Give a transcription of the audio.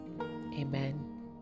Amen